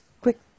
quick